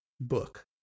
Book